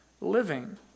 living